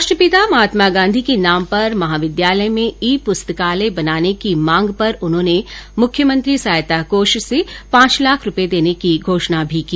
राष्ट्रपिता महात्मा गांधी के नाम पर महाविद्यालय में ई पुस्तकालय बनाने की मांग पर उन्होंने मुख्यमंत्री सहायता कोष से पांच लाख रूपए देने की घोषणा भी की